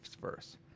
first